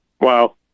Wow